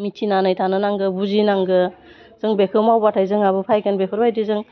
मिथिनानै थानो नांगौ बुजिनांगौ जों बेखौ मावबाथाय जोंहाबो फैगोन बेफोरबायदि जों